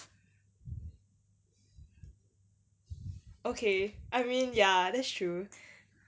okay I mean ya that's true okay that's true